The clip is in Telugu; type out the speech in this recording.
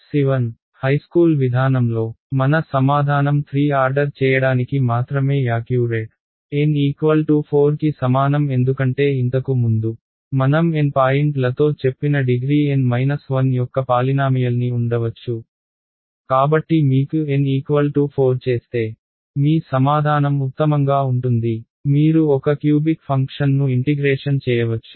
7 హైస్కూల్ విధానంలో మన సమాధానం 3 ఆర్డర్ చేయడానికి మాత్రమే యాక్యూరేట్ N 4 కి సమానం ఎందుకంటే ఇంతకు ముందు మనం N పాయింట్లతో చెప్పిన డిగ్రీ N 1 యొక్క పాలినామియల్ని ఉండవచ్చు కాబట్టి మీకు N 4 చేస్తే మీ సమాధానం ఉత్తమంగా ఉంటుంది మీరు ఒక క్యూబిక్ ఫంక్షన్ను ఇంటిగ్రేషన్ చేయవచ్చు